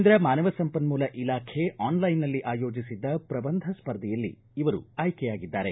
ಕೇಂದ್ರ ಮಾನವ ಸಂಪನ್ಮೂಲ ಇಲಾಖೆ ಆನ್ಲೈನ್ನಲ್ಲಿ ಆಯೋಜಿಸಿದ್ದ ಪ್ರಬಂಧ ಸ್ಪರ್ಧೆಯಲ್ಲಿ ಇವರು ಆಯ್ಕೆಯಾಗಿದ್ದಾರೆ